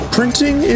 Printing